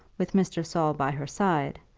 with mr. saul by her side,